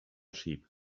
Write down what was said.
sheep